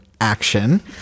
action